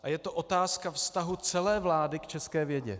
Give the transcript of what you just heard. A je to otázka vztahu celé vlády k české vědě.